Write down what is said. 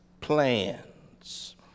plans